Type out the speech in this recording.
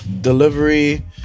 Delivery